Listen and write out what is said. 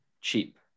cheap